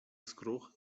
skruchy